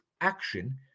action